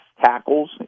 tackles